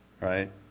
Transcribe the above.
right